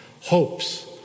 hopes